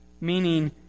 meaning